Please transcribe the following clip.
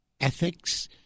ethics